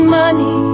money